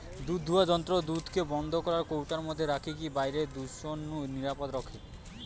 দুধদুয়ার যন্ত্র দুধকে বন্ধ কৌটার মধ্যে রখিকি বাইরের দূষণ নু নিরাপদ রখে